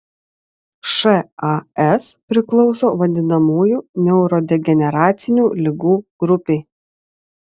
šas priklauso vadinamųjų neurodegeneracinių ligų grupei